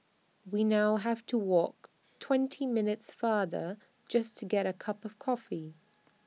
we now have to walk twenty minutes farther just to get A cup of coffee